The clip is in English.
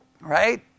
right